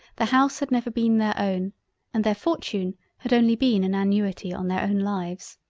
the house had never been their own and their fortune had only been an annuity on their own lives.